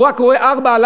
הוא רק רואה 4x4,